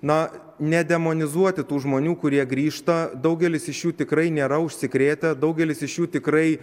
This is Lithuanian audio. na nedemonizuoti tų žmonių kurie grįžta daugelis iš jų tikrai nėra užsikrėtę daugelis iš jų tikrai